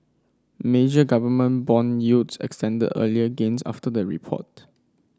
major government bond yields extended earlier gains after the report